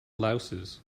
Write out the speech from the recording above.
louses